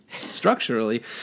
structurally